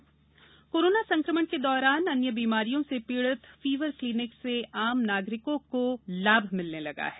fever clinic कोरोना संक्रमण के दौरान अन्य बीमारियों से पीढ़ित फीवर क्लिनिक से आम नागरिकों को लाभ मिलने लगा है